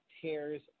tears